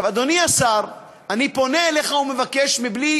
אדוני השר, אני פונה אליך ומבקש, בלי